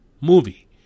movie